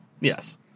Yes